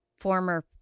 former